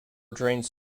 drains